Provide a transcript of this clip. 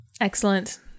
Excellent